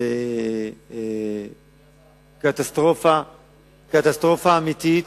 זאת קטסטרופה אמיתית.